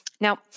Now